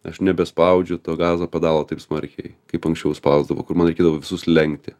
aš nebespaudžiau to gazo pedalo taip smarkiai kaip anksčiau spausdavau kai man reikėdavo visus lenkti